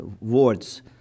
words